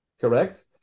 correct